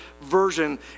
version